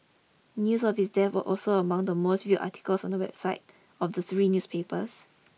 news of his death was also among the most viewed articles on the websites of the three newspapers